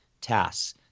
tasks